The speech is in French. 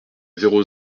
zéro